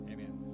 Amen